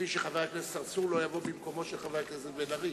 כפי שחבר הכנסת צרצור לא יבוא במקומו של חבר הכנסת בן-ארי.